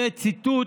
זה ציטוט